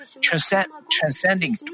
transcending